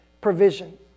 provision